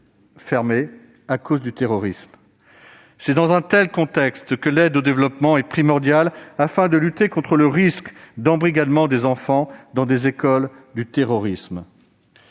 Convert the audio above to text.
fermé à cause du terrorisme. C'est dans un tel contexte que l'aide au développement est primordiale afin de lutter contre le risque d'embrigadement des enfants dans des écoles du terrorisme.